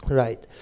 right